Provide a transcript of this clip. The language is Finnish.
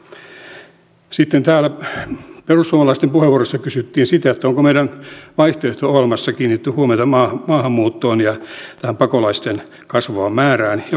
sitten täällä perussuomalaisten puheenvuorossa kysyttiin sitä onko meidän vaihtoehto ohjelmassamme kiinnitetty huomiota maahanmuuttoon ja tähän pakolaisten kasvavaan määrään ja kotouttamistoimiin